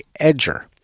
edger